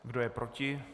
Kdo je proti?